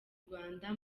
rwanda